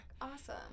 awesome